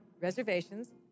reservations